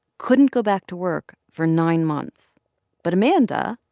couldn't go back to work for nine months but amanda,